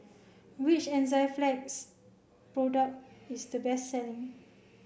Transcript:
which Enzyplex product is the best selling